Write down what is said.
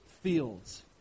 fields